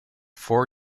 four